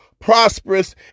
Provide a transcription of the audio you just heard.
prosperous